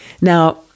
Now